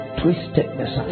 twistedness